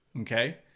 okay